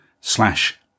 slash